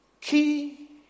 key